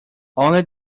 only